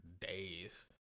days